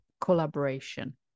collaboration